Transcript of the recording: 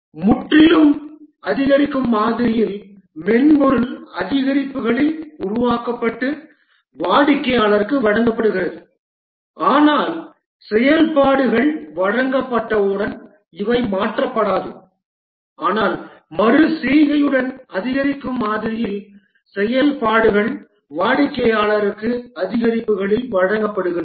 முற்றிலும் அதிகரிக்கும் மாதிரியில் மென்பொருள் அதிகரிப்புகளில் உருவாக்கப்பட்டு வாடிக்கையாளருக்கு வழங்கப்படுகிறது ஆனால் செயல்பாடுகள் வழங்கப்பட்டவுடன் இவை மாற்றப்படாது ஆனால் மறு செய்கையுடன் அதிகரிக்கும் மாதிரியில் செயல்பாடுகள் வாடிக்கையாளருக்கு அதிகரிப்புகளில் வழங்கப்படுகின்றன